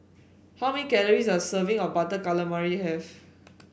how many calories does a serving of Butter Calamari have